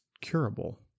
curable